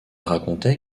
racontait